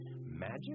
Magic